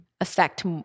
affect